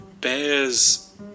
bears